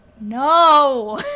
no